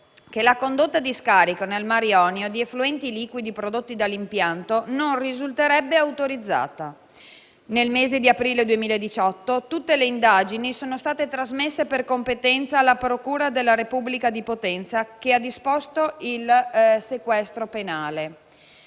la condotta di scarico nel Mar Ionio di effluenti liquidi prodotti dall'impianto non risulterebbe autorizzata. Nel mese di aprile 2018 tutte le indagini sono state trasmesse per competenza alla procura della Repubblica di Potenza, che ha disposto il sequestro penale.